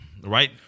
right